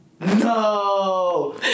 No